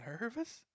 Nervous